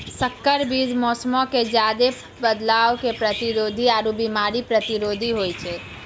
संकर बीज मौसमो मे ज्यादे बदलाव के प्रतिरोधी आरु बिमारी प्रतिरोधी होय छै